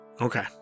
Okay